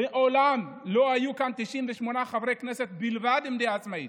מעולם לא היו כאן 98 חברי כנסת בלבד עם דעה עצמאית.